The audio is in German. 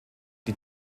die